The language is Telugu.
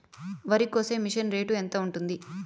వరికోసే మిషన్ రేటు ఎంత ఉంటుంది?